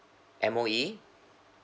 M_O_E